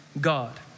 God